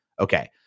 Okay